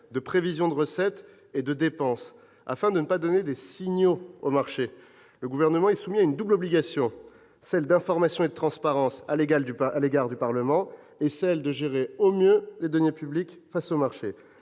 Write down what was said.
de prévisions de recettes et de dépenses afin de ne pas donner de signaux aux marchés. Le Gouvernement est soumis à une double obligation : celle d'information et de transparence à l'égard du Parlement et celle de gérer au mieux les deniers publics face aux marchés,